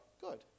good